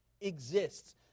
exists